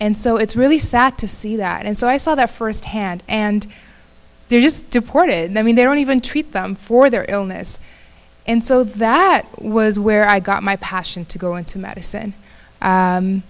and so it's really sad to see that and so i saw that firsthand and they're just deported i mean they don't even treat them for their illness and so that was where i got my passion to go into medicine